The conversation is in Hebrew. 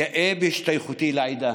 גאה בהשתייכותי לעדה.